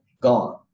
Gone